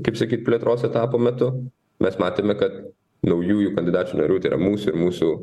kaip sakyt plėtros etapo metu bet matėme kad naujųjų kandidačių narių tai yra mūsų ir mūsų